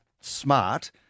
smart